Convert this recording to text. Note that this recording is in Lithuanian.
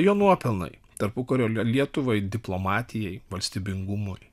jo nuopelnai tarpukario lietuvai diplomatijai valstybingumui